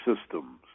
systems